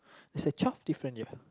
its a twelve different year